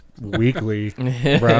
weekly